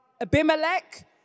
Abimelech